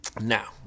Now